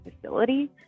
facility